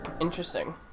Interesting